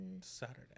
Saturday